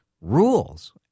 rules